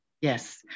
yes